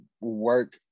work